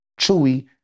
Chewy